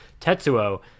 tetsuo